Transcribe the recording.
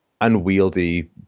unwieldy